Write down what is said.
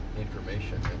information